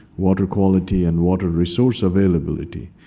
water quality, and water resource availability.